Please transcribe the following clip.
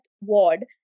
ward